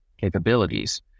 capabilities